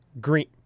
green